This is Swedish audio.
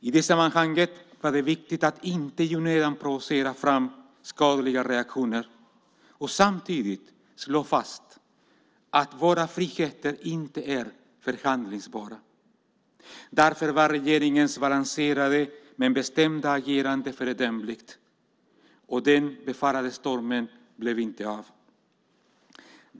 I det sammanhanget var det viktigt att inte i onödan provocera fram skadliga reaktioner och samtidigt slå fast att våra friheter inte är förhandlingsbara. Därför var regeringens balanserade men bestämda agerande föredömligt, och den befarade stormen blev inte av.